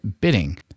bidding